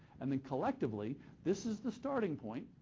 and then collectively this is the starting point,